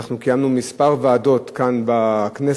ואנחנו קיימנו מספר ישיבות בוועדות כאן בכנסת,